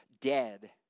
dead